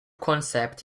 concept